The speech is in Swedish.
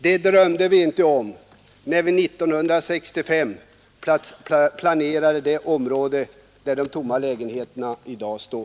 Det drömde vi inte om när vi 1965 planerade det område där de tomma lägenheterna i dag står